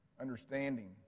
understanding